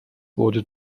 wurde